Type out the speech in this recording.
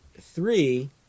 three